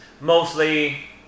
mostly